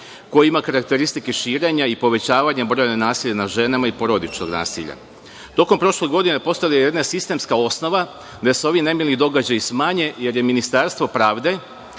koji ima karakteristike širenja i povećavanje broja nasilja nad ženama i porodičnog nasilja? Tokom prošle godine postavljena je jedna sistemska osnova da se ovi nemili događaji smanje, jer je Ministarstvo pravde